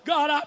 God